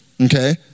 Okay